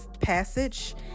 passage